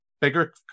bigger